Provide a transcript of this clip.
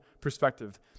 perspective